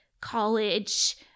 college